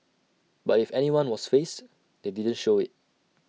but if anyone was fazed they didn't show IT